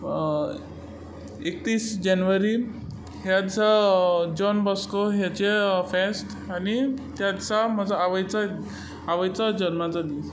एकतीस जानेवारी ह्या दिसा जॉन बोस्को हांचें फेस्त आनी त्या दिसा म्हजो आवयचो आवयचोय जल्माचो दीस